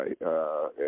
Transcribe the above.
right